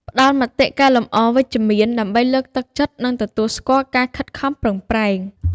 ផ្តល់មតិកែលម្អវិជ្ជមានដើម្បីលើកទឹកចិត្ត និងទទួលស្គាល់ការខិតខំប្រឹងប្រែង។